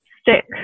stick